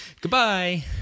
Goodbye